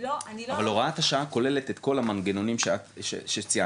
אבל הוראת השעה כוללת את כל המנגנונים שציינת,